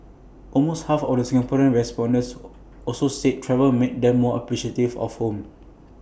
almost half of the Singaporean respondents also said travel made them more appreciative of home